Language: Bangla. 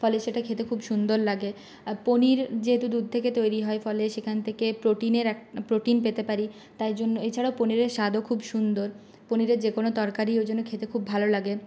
ফলে সেটা খেতে খুব সুন্দর লাগে আর পনির যেহেতু দুধ থেকে তৈরি হয় ফলে সেখান থেকে প্রোটিনের এক প্রোটিন পেতে পারি তাই জন্য এছাড়া পনিরের স্বাদও খুব সুন্দর পনিরের যেকোনো তরকারি ওইজন্য খেতে খুব ভালো লাগে